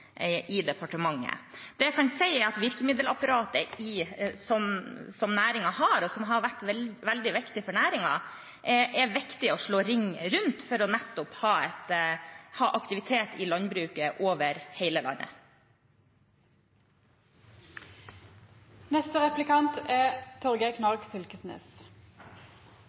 departementet. Det jeg kan si, er at virkemiddelapparatet som næringen har, og som har vært veldig viktig for næringen, er det viktig å slå ring rundt nettopp for å ha aktivitet i landbruket over hele landet. Gratulerer! Det er